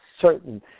certain